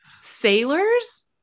Sailors